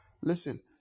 Listen